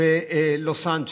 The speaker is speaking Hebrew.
בלוס אנג'לס: